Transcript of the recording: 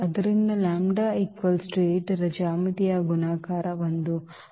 ಆದ್ದರಿಂದ ಈ λ 8 ರ ಜ್ಯಾಮಿತೀಯ ಗುಣಾಕಾರ 1